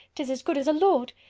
tis as good as a lord!